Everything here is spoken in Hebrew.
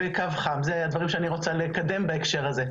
אלה הם הדברים שאני רוצה לקדם בהקשר הזה.